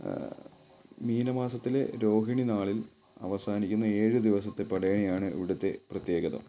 മീന മാസത്തിലെ രോഹിണി നാളിൽ അവസാനിക്കുന്ന ഏഴു ദിവസത്തെ പടയണിയാണ് ഇവിടുത്തെ പ്രത്യേകത